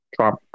Trump